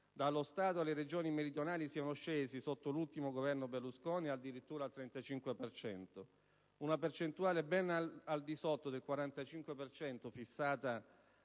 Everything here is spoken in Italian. dallo Stato alle Regioni meridionali sono scesi sotto l'ultimo Governo Berlusconi addirittura al 35 per cento. Una percentuale ben al di sotto di quel 45